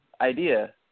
idea